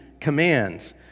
commands